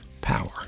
power